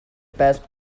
best